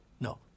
No